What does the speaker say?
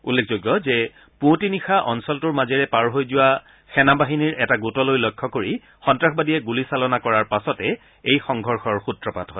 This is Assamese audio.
উল্লেখযোগ্য যে পুৱতি নিশা অঞ্চলটোৰ মাজেৰে পাৰ হৈ যোৱা সেনা বাহিনীৰ এটা গোটলৈ লক্ষ্য কৰি সন্তাসবাদীয়ে গুলীচালনা কৰাৰ পাছতে এই সংঘৰ্ষৰ সূত্ৰপাত হয়